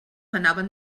anaven